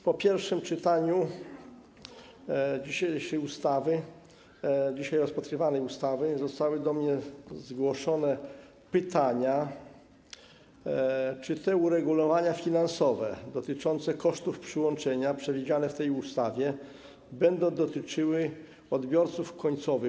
Po pierwszym czytaniu dzisiaj rozpatrywanej ustawy zostało do mnie zgłoszone pytanie, czy te uregulowania finansowe dotyczące kosztów przyłączenia, przewidziane w tej ustawie będą dotyczyły odbiorców końcowych.